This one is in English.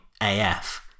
AF